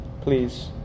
Please